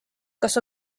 kas